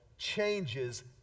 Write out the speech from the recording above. changes